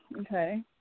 Okay